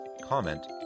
comment